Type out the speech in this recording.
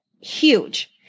Huge